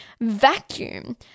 vacuum